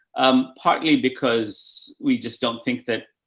um, partly because we just don't think that,